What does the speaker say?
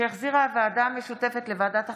שהחזירה הוועדה המשותפת לוועדת החוקה,